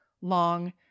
long